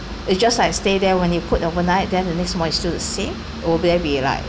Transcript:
it's just like stay there when you put overnight then the next morning it's still the same will there be like